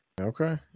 Okay